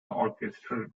orchestral